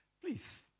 please